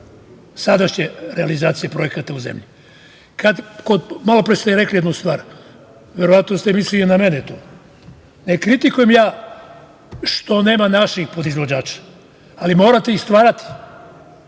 sadašnje realizacije projekata u zemlji. Malopre ste rekli jednu stvar, verovatno ste mislili na mene to. Ne kritikujem ja što nema naših podizvođača, ali morate ih stvarate.